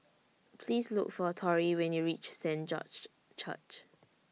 Please Look For Torry when YOU REACH Saint George's Church